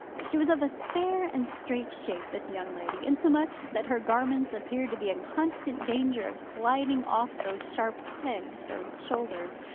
she was of a spare and straight shape, this young lady, insomuch that her garments appeared to be in constant danger of sliding off those sharp pegs, her shoulders,